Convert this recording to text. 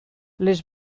les